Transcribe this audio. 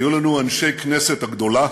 היו לנו אנשי כנסת הגדולה,